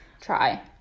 Try